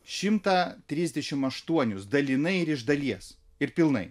šimtą trisdešimt aštuonius dalinai ir iš dalies ir pilnai